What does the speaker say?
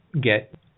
get